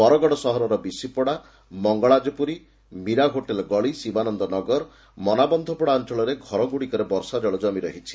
ବରଗଡ ସହରର ବିଶିପଡା ମଙ୍ଗଳାଜପୁରୀ ମୀରା ହୋଟେଲ ଗଳି ଶିବାନନ୍ଦ ନଗର ମନାବନ୍ଧପଡା ଅଞଳରେ ଘରଗୁଡିକରେ ବର୍ଷା ଜଳ ଜମି ରହିଛି